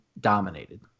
dominated